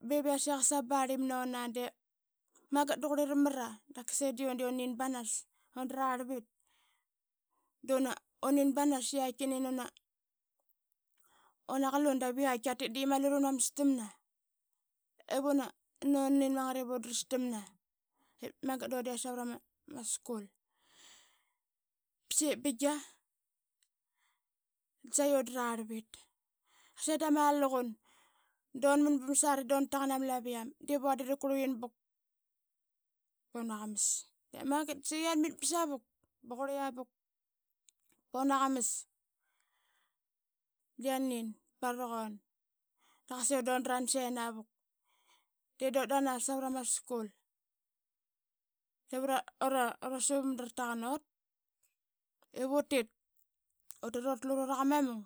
Bevi yase qasa ma barlim nuna de magat de qurlia mra qasa idiun de unin banas. Undrarlvit duna nin banas i yaitki nin una qalun dav iyaitki atit da yamali runa mastamna ivuna, nani unin mangat ip undrastamna ip magat duna det savrama skul. Ba saqi bingia da saqi undrarlvit seda malaqun dun man ba masari duna taqan ama laviam divuandit ip qurlivin puk puna qamas. Da yanin baraqun i qasa dun dran sinavuk, de dut dang savrama skul ivu ra ra suvamda rataqan ivutit. Utit ura tlu ruraqa ma mung